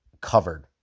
covered